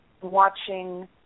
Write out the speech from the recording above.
watching